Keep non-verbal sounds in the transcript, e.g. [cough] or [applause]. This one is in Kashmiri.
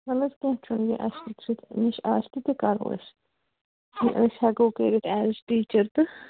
وَلہٕ حظ کیٚنٛہہ چھُنہٕ یہِ آسہِ [unintelligible] آسہِ تہِ کرو أسۍ یہِ أسۍ ہٮ۪کو کٔرِتھ اٮ۪ز ٹیٖچر تہٕ